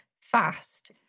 fast